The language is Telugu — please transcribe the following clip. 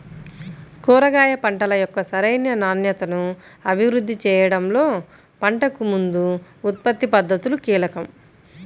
కూరగాయ పంటల యొక్క సరైన నాణ్యతను అభివృద్ధి చేయడంలో పంటకు ముందు ఉత్పత్తి పద్ధతులు కీలకం